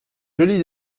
joli